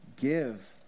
give